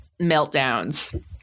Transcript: meltdowns